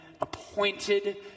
appointed